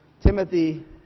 Timothy